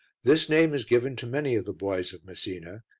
this name is given to many of the boys of messina,